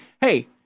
hey